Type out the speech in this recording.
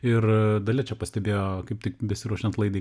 ir dalia čia pastebėjo kaip tik besiruošiant laidai